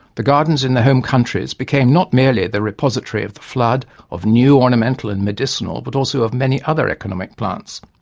the gardens in the home countries became not merely the repository of the flood of new ornamental and medicinal but also of many other economic plants.